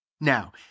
now